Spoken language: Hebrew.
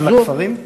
גם בכפרים?